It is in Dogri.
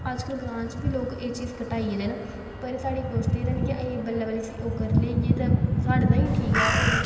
अज्ज कल ग्रांऽ च बी लोक एह् चीज घटाई गेदे न पर साढ़ी कोश्ट एह् रैहनी कि ऐहीं बल्लें बल्लें करी लेइयै ते साढ़े ताहीं ठीक ऐ